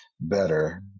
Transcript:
better